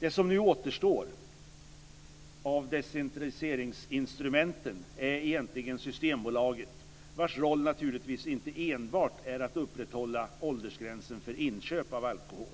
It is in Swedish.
Det som nu återstår av desintresseringsinstrumenten är egentligen Systembolaget, vars roll naturligtvis inte enbart är att upprätthålla åldersgränsen för inköp av alkohol.